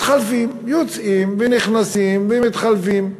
מתחלפים, יוצאים, ונכנסים ומתחלפים.